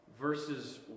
verses